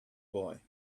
boy